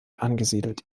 angesiedelt